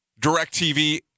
DirecTV